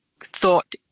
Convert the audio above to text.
thought